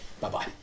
Bye-bye